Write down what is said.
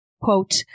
quote